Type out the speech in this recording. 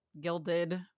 gilded